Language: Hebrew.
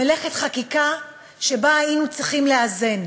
מלאכת חקיקה שבה היינו צריכים לאזן.